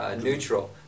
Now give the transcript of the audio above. neutral